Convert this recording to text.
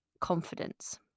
confidence